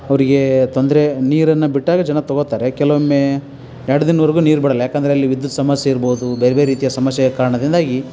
ಅವರಿಗೆ ತೊಂದರೆ ನೀರನ್ನು ಬಿಟ್ಟಾಗ ಜನ ತೊಗೋತಾರೆ ಕೆಲವೊಮ್ಮೆ ಎರಡು ದಿನವರೆಗೂ ನೀರು ಬಿಡೋಲ್ಲ ಏಕಂದ್ರೆ ಅಲ್ಲಿ ವಿದ್ಯುತ್ ಸಮಸ್ಯೆ ಇರ್ಬೋದು ಬೇರೆ ಬೇರೆ ರೀತಿಯ ಸಮಸ್ಯೆಯ ಕಾರಣದಿಂದಾಗಿ